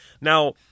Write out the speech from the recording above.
Now